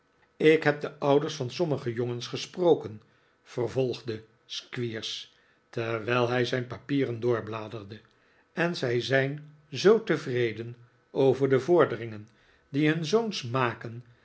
ik heb de ouders van sommige jongens gesproken vervolgde squeers terwijl hij zijn papieren doorbladerde en zij zijn zoo tevreden over de vorderingen die hun zoons maken